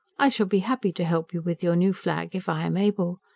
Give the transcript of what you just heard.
i shall be happy to help you with your new flag if i am able.